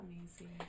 Amazing